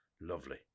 lovely